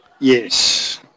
Yes